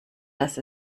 dass